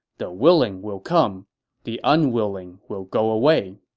the willing will come the unwilling will go away.